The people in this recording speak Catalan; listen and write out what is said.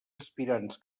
aspirants